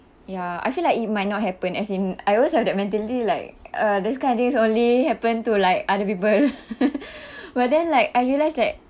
ya I feel like it might not happen as in I always have that mentality like uh this kind of things only happen to like other people but then like I realise that